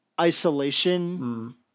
isolation